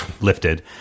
lifted